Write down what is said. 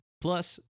plus